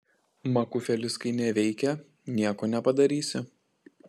makufelis kai neveikia nieko nepadarysi